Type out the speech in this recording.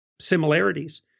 similarities